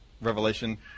revelation